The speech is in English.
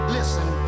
Listen